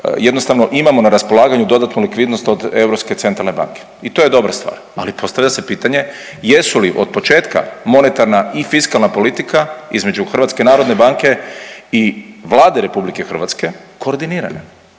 jednostavno imamo na raspolaganju dodatnu likvidnost od Europske centralne banke i to je dobra stvar. Ali postavlja se pitanje. Jesu li od početka monetarna i fiskalna politika između Hrvatske narodne banke i Vlade Republike Hrvatske koordinirane?